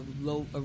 low